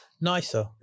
nicer